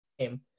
game